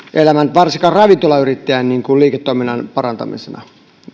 varsinkaan ravintolayrittäjän liiketoiminnan parantamisena